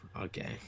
okay